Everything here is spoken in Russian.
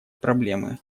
проблемы